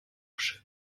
dusche